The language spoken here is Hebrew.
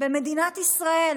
במדינת ישראל: